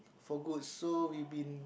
for good so we been